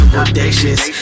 audacious